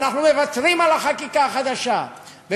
אנחנו מוותרים על החקיקה החדשה, תודה.